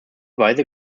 weise